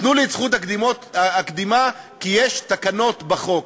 תנו לי את זכות הקדימה כי יש תקנות בחוק.